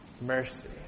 Mercy